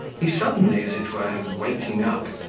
he suddenly, as it were, waking up,